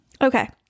okay